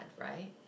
right